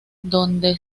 donde